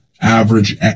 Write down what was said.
average